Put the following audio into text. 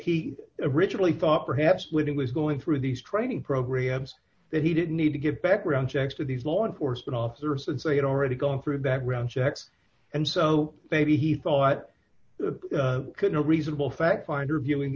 he originally thought perhaps when it was going through these training programs that he didn't need to give background checks to these law enforcement officers and say had already gone through background checks and so maybe he thought could a reasonable fact finder viewing